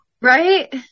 Right